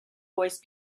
voice